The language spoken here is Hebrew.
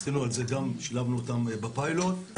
שילבנו אותם גם בפיילוט,